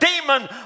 demon